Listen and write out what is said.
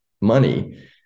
money